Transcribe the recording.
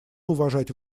уважать